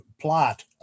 plot